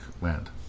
land